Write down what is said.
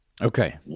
Okay